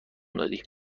دادی